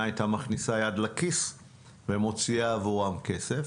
הייתה מכניסה יד לכיס ומוציאה עבורם כסף.